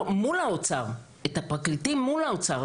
ייצגתי את הפרקליטים מול האוצר,